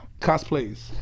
Cosplays